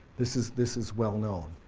this is this is well known.